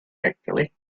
actually